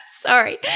sorry